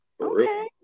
Okay